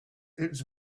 its